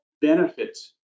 benefits